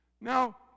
Now